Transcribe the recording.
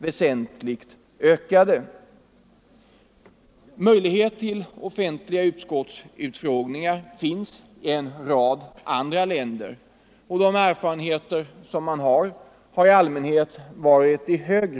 Sådana möjligheter att anordna offentliga utskottsutfrågningar finns i en rad andra länder, och de erfarenheter man där vunnit har varit positiva.